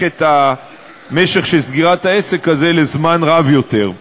את משך סגירת העסק הזה לזמן רב יותר.